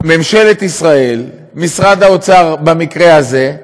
ממשלת ישראל, משרד האוצר, במקרה הזה,